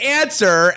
answer